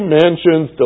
mansions